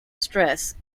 stress